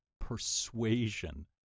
persuasion